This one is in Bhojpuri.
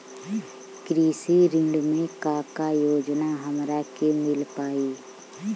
कृषि ऋण मे का का योजना हमरा के मिल पाई?